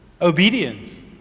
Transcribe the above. Obedience